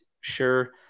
sure